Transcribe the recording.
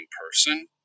person